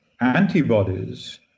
antibodies